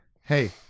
Hey